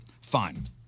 Fine